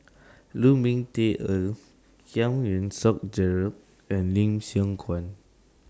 Lu Ming Teh Earl Giam Yean Song Gerald and Lim Siong Guan